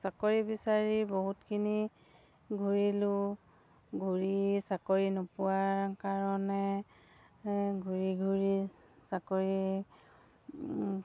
চাকৰি বিচাৰি বহুতখিনি ঘূৰিলোঁ ঘূৰি চাকৰি নোপোৱাৰ কাৰণে ঘূৰি ঘূৰি চাকৰি